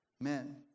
men